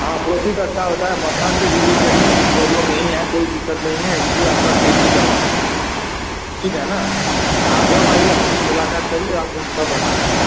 हाँ प्रॉफिट अच्छा होता है मखान के रिलेटेड ही प्रॉब्लम नहीं है कोई दिक्कत नहीं है ऐसी वो आपका खेती करवाना है ठीक है ना आप जब आइए हम से मुलाक़ात करिए आपको हम सब बता देंगे